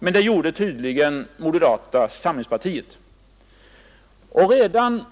Men det gjorde tydligen moderata samlingspartiet. Och redan